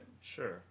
sure